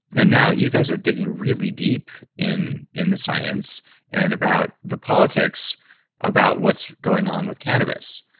and now you guys are digging really deep in in the science and about the politics about what's going on with cannabis.